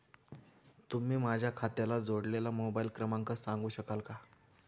तुम्ही माझ्या खात्याला जोडलेला मोबाइल क्रमांक सांगू शकाल का?